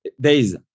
days